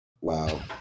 Wow